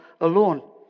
alone